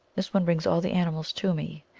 this one brings all the animals to me.